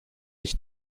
ich